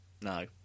no